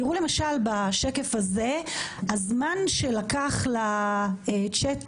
תראו למשל בשקף הזה שהזמן שלקח לצ'אט